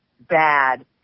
bad